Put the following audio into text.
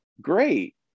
great